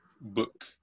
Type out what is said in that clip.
book